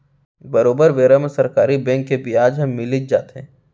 बरोबर बेरा म सरकारी बेंक के बियाज ह मिलीच जाथे